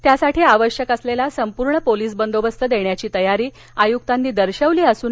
त्यासाठी आवश्यक असलेला संपूर्ण पोलिस बंदोबस्त देण्याची तयारी पोलिस आयुक्तांनी दर्शवली होती